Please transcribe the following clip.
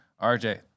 RJ